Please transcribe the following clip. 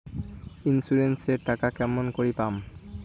Insurance এর টাকা কেমন করি পাম?